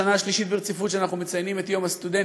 השנה השלישית ברציפות שאנחנו מציינים את יום הסטודנט,